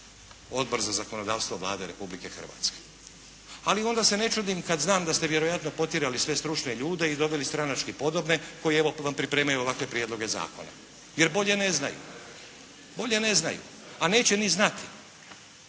Odbor za zakonodavstvo Vlade Republike Hrvatske, ali onda se ne čudim kad znam da ste vjerojatno potjerali sve stručne ljude i doveli stranački podobne koji evo vam pripremaju ovakve prijedloge zakona, jer bolje ne znaju. Bolje ne znaju, a neće ni znati.